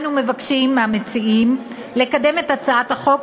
אנו מבקשים מהמציעים לקדם את הצעת החוק